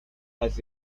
has